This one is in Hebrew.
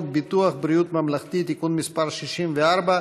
לתיקון פקודת בריאות העם (תיקון מס' 34)